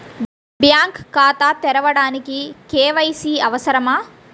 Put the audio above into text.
Bank ఖాతా తెరవడానికి KYC అవసరమా?